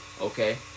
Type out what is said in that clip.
Okay